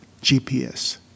GPS